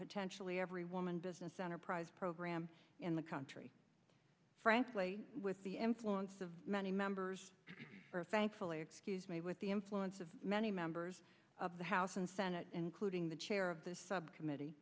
potentially every woman business enterprise program in the country frankly with the influence of many members thankfully excuse me with the influence of many members of the house and senate including the chair of the subcommittee